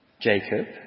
Jacob